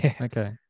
okay